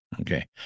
Okay